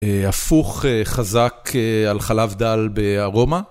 הפוך חזק על חלב דל בארומה.